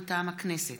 מטעם הכנסת: